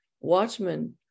watchmen